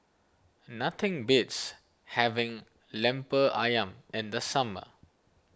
nothing beats having Lemper Ayam in the summer